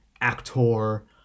actor